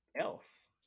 else